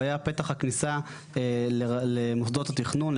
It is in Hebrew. הוא היה פתח הכניסה למוסדות התכנון,